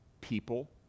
people